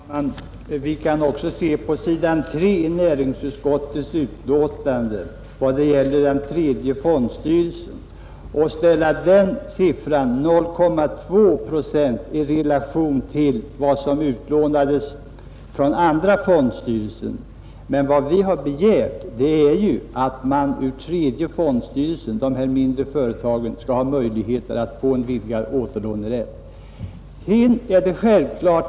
Herr talman! Man kan också läsa vad som står på s. 3 i näringsutskottets betänkande, nämligen att motsvarande andel för, den tredje fondstyrelsen var 0,2 procent, och ställa den siffran i relation till vad som återlånades från andra fondstyrelser. Vad vi har begärt är att de mindre företagen skall få en vidgad återlånerätt ur tredje fondstyrelsen.